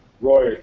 Roy